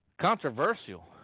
Controversial